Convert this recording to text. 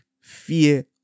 fear